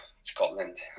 Scotland